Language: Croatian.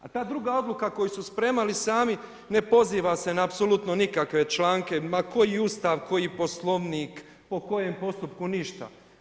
A ta druga odluka koju su spremali sami ne poziva se na apsolutno nikakve članke, ma koji Ustav, koji Poslovnik, po kojem postupku, ništa.